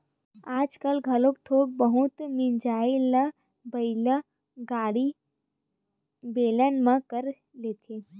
आजकाल घलोक थोक बहुत मिजई ल बइला गाड़ी, बेलन म कर लेथे